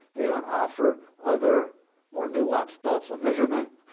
they don't offer other more nuanced thoughts on measurement.